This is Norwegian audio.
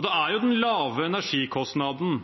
Det er den lave energikostnaden